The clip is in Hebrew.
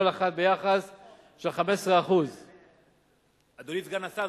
כל אחד ביחס של 15%. אדוני סגן השר,